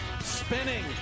spinning